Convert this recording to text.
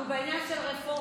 שהוא בעניין הרפורמה,